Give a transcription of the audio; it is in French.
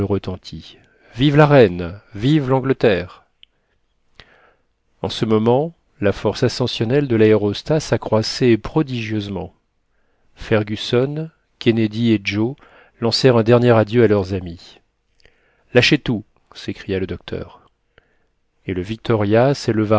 retentit vive la reine vive l'angleterre en ce moment la force ascensionnelle de l'aérostat s'accroissait prodigieusement fergusson kennedy et joe lancèrent un dernier adieu à leur amis lâchez tout s'écria le docteur et le victoria